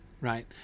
right